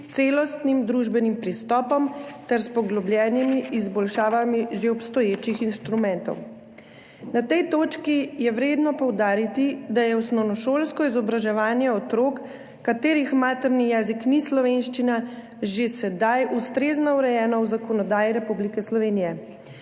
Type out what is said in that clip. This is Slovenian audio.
celostnim družbenim pristopom ter s poglobljenimi izboljšavami že obstoječih instrumentov. Na tej točki je vredno poudariti, da je osnovnošolsko izobraževanje otrok, katerih materni jezik ni slovenščina, že sedaj ustrezno urejeno v zakonodaji Republike Slovenije.